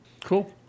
cool